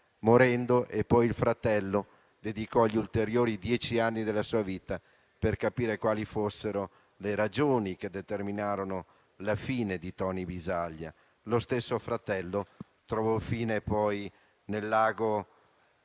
morendo. Il fratello dedicò ulteriori dieci anni della sua vita per capire quali fossero le ragioni che determinarono la fine di Toni Bisaglia. Lo stesso fratello trovò fine poi nel lago